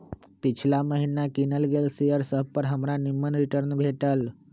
पिछिला महिन्ना किनल गेल शेयर सभपर हमरा निम्मन रिटर्न भेटल